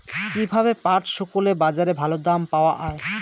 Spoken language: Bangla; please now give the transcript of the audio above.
কীভাবে পাট শুকোলে বাজারে ভালো দাম পাওয়া য়ায়?